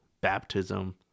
baptism